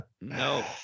no